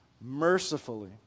mercifully